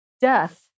Death